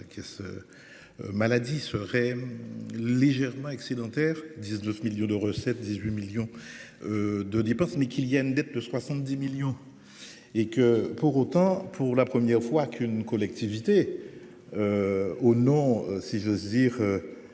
caisse. Maladie serait légèrement excédentaire, 10, 12 millions de recettes 18 millions. De divorce mais qu'il y a une dette de 70 millions. Et que pour autant pour la première fois qu'une collectivité. Oh non, si j'ose dire.